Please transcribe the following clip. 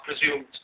presumed